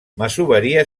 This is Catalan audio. masoveria